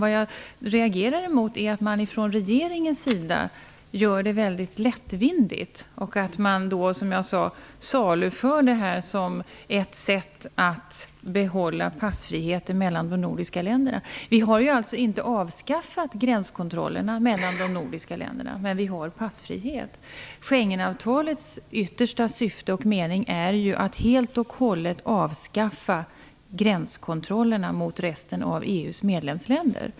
Vad jag reagerar mot är att regeringen tar det väldigt lättvindigt och saluför avtalet som ett sätt att behålla passfriheten mellan de nordiska länderna. Vi har ju inte avskaffat gränskontrollerna mellan de nordiska länderna, men vi har passfrihet. Schengenavtalets yttersta syfte och mening är ju att helt och hållet avskaffa gränskontrollerna mot resten av EU:s medlemsländer.